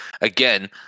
again